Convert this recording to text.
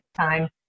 time